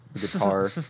guitar